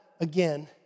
again